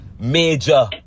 major